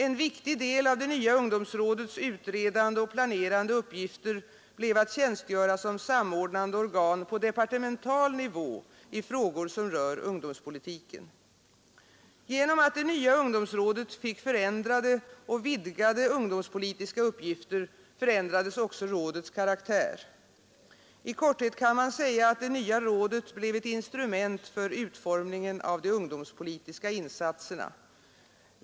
En viktig del av det nya ungdomsrådets utredande och planerande uppgifter blev att tjänstgöra som samordnande organ på departemental nivå i frågor som rör ungdomspolitiken. Genom att det nya ungdomsrådet fick förändrade och vidgade ungdomspolitiska uppgifter förändrades också rådets karaktär. I korthet kan man säga att det nya rådet blev ett instrument för utformningen av de ungdomspolitiska insatserna.